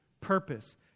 purpose